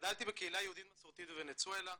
גדלתי בקהילה יהודית מסורתית בוונצואלה,